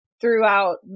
throughout